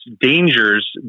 dangers